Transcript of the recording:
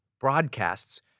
broadcasts